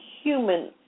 human